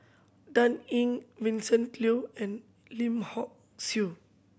Dan Ying Vincent Leow and Lim Hock Siew